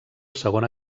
segona